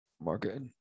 market